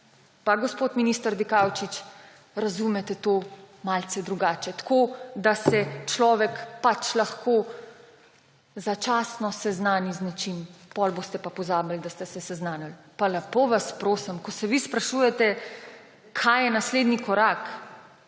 pa gospod minister Dikaučič razumete to malce drugače – tako, da se človek pač lahko začasno seznani z nečim, potem boste pa pozabili, da ste se seznanili. Pa lepo vas prosim! Ko se vi sprašujete, kaj je naslednji korak,